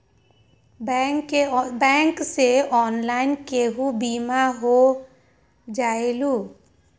Bank से online केहु बिमा हो जाईलु?